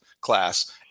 class